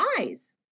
eyes